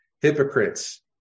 hypocrites